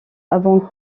avant